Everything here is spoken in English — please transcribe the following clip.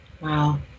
Wow